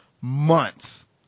months